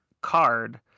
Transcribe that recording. card